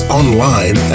online